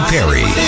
Perry